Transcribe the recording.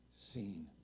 seen